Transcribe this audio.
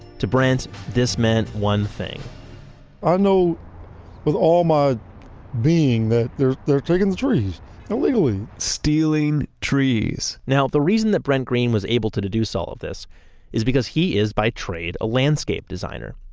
to brent, this meant one thing i know with all my being that they're they're taking the trees illegally stealing trees now, the reason that brent green was able to deduce all of this is because he is by trade a landscape designer.